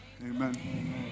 Amen